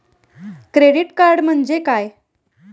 Credit card म्हणजे काय?